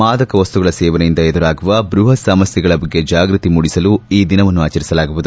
ಮಾದಕವಸ್ತುಗಳ ಸೇವನೆಯಿಂದ ಎದುರಾಗುವ ಬೃಹತ್ ಸಮಸ್ಥೆಗಳ ಬಗ್ಗೆ ಜಾಗೃತಿ ಮೂಡಿಸಲು ಈ ದಿನವನ್ನು ಆಚರಿಸಲಾಗುವುದು